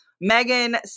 Megan